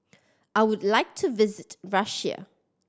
I would like to visit Russia